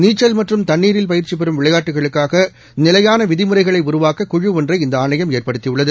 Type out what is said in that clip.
நீச்சல் மற்றும் தண்ணீரில் பயிற்சி பெறும் விளையாட்டுகளுக்காக நிலையான விதிமுறைகளை உருவாக்க குழு ஒன்றை இந்த ஆணையம் ஏற்படுத்தி உள்ளது